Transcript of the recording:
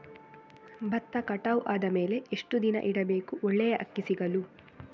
ಭತ್ತ ಕಟಾವು ಆದಮೇಲೆ ಎಷ್ಟು ದಿನ ಇಡಬೇಕು ಒಳ್ಳೆಯ ಅಕ್ಕಿ ಸಿಗಲು?